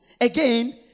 Again